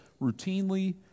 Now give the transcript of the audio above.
routinely